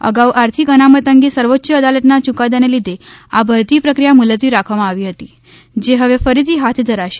અગાઉ આર્થિક અનામત અંગે સર્વોચ્ય અદાલતના યુકાદાને લીધે આ ભરતી પ્રક્રિયા મુલતવી રાખવામા આવી હતી જે હવે ફરીથી હાથ ધરાશે